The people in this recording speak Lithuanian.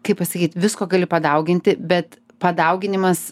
kaip pasakyt visko gali padauginti bet padauginimas